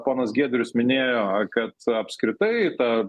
ponas giedrius minėjo kad apskritai ta